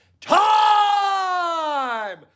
time